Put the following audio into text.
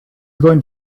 going